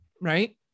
right